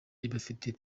ibafitiye